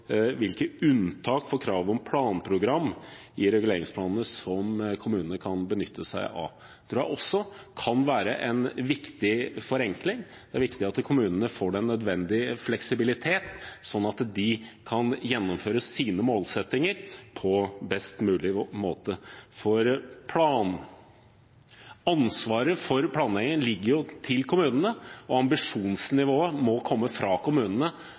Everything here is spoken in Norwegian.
hvilke unntak for krav om planprogram i reguleringsplanene kommunene kan benytte seg av. Det tror jeg også kan være en viktig forenkling. Det er viktig at kommunene får den nødvendige fleksibilitet, sånn at de kan gjennomføre sine målsettinger på best mulig måte. Ansvaret for planleggingen ligger jo til kommunene – og ambisjonsnivået må komme fra kommunene